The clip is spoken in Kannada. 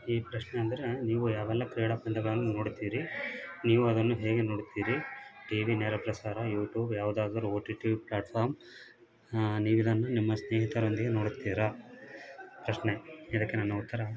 ಈ ಪ್ರಶ್ನೆ ಅಂದರೆ ನೀವು ಯಾವೆಲ್ಲ ಕ್ರೀಡಾ ಪಂದ್ಯಗಳನ್ನು ನೋಡುತ್ತೀರಿ ನೀವು ಅದನ್ನು ಹೇಗೆ ನೋಡುತ್ತೀರಿ ಟಿವಿ ನೇರಪ್ರಸಾರ ಯುಟ್ಯೂಬ್ ಯಾವುದಾದರು ಓ ಟಿ ಟಿ ಪ್ಲಾಟ್ಫಾರ್ಮ್ ನೀವು ಇದನ್ನು ನಿಮ್ಮ ಸ್ನೇಹಿತರೊಂದಿಗೆ ನೋಡುತ್ತೀರಾ ಪ್ರಶ್ನೆ ಇದಕ್ಕೆ ನನ್ನ ಉತ್ತರ